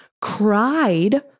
cried